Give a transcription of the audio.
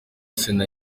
sena